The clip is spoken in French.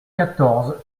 quatorze